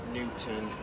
Newton